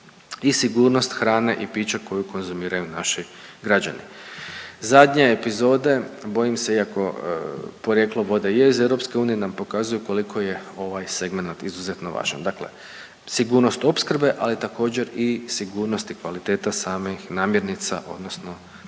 i sigurnost hrane i pića koju konzumiraju naši građani. Zadnje epizode, bojim se iako porijeklo vode je iz EU, nam pokazuju koliko je ovaj segmenat izuzetno važan, dakle sigurnost opskrbe, ali također i sigurnost i kvaliteta samih namirnica odnosno